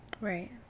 Right